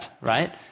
right